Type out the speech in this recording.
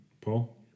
Paul